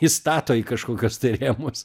įstato į kažkokius tai rėmus